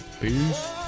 peace